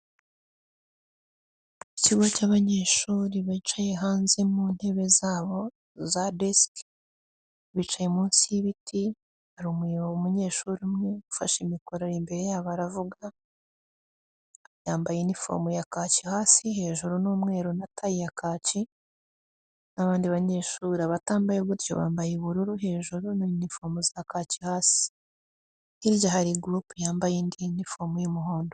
Ikigo cy'abanyeshuri bicaye hanze mu ntebe zabo za desk, bicaye munsi y'ibiti, hari umunyeshuri umwe ufashe imikoro imbere yabo aravuga, yambaye n'ifomu ya cashye hasi, hejuru ni umweru na tayi ya kacyi, abandi banyeshuri batambaye gutyo bambaye ubururu hejuru, na unifomu za caki hasi. Hirya hari indi group yambaye indi unifomu y'umuhondo.